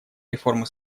реформы